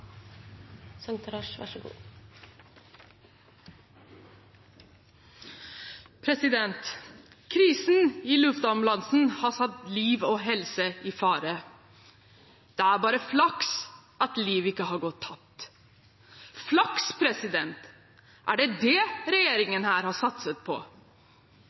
Krisen i luftambulansen har satt liv og helse i fare. Det er bare flaks at liv ikke har gått tapt. Flaks! Er det det regjeringen her har satset på?